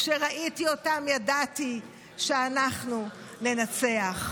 כשראיתי אותם, ידעתי שאנחנו ננצח.